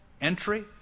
entry